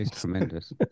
tremendous